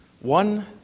one